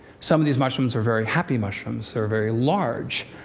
some of these mushrooms are very happy mushrooms. they're very large.